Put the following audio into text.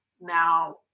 Now